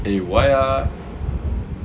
eh why ah